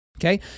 Okay